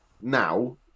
now